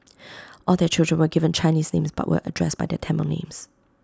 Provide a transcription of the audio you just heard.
all their children were given Chinese names but were addressed by their Tamil names